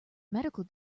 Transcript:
medical